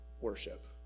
worship